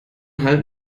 halt